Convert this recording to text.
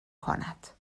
کند